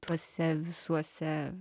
tuose visuose